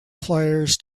players